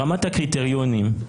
ברמת הקריטריונים,